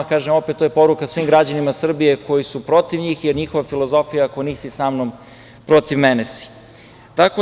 Kažem, To je poruka svim građanima Srbije koji su protiv njih, jer njihova filozofija – ako nisi sa mnom, protiv mene si.